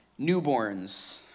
newborns